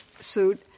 suit